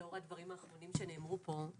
לאור הדברים האחרונים שנאמרו פה,